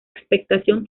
expectación